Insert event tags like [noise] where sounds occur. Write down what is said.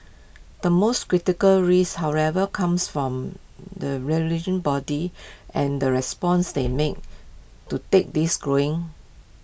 the most critical risk however comes from the [unintelligible] bodies [noise] and the response they make to take this growing